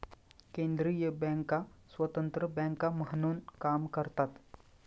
केंद्रीय बँका स्वतंत्र बँका म्हणून काम करतात